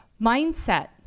mindset